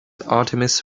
artemis